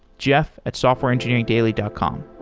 jeff at softwareengineeringdaily dot com